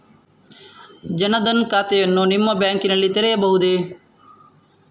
ಜನ ದನ್ ಖಾತೆಯನ್ನು ನಿಮ್ಮ ಬ್ಯಾಂಕ್ ನಲ್ಲಿ ತೆರೆಯಬಹುದೇ?